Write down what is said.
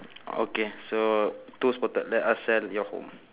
okay so two spotted let us sell your home